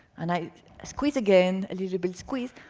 and i squeeze again, a little bit squeeze,